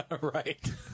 Right